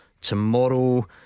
tomorrow